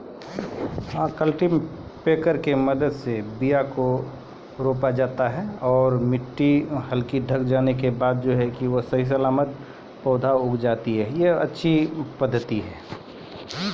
cultipacker के मदत से बीया रोपला के बाद बीया के मट्टी से ढकै के काम सेहो करै छै